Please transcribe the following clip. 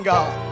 God